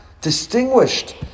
distinguished